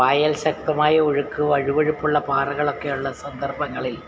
പായൽ ശക്തമായ ഒഴുക്ക് വഴ് വഴ്പ്പുള്ള പാറകളൊക്കെയുള്ള സന്ദർഭങ്ങളിൽ